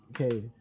Okay